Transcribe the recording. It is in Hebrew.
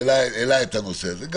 וגם